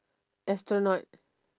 astronaut